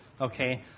okay